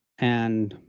and,